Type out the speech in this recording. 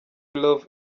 love